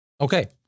Okay